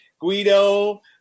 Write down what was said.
Guido